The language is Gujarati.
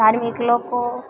ધાર્મિક લોકો